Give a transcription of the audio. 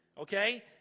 okay